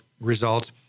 results